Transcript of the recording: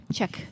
Check